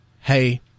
Hey